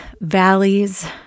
valleys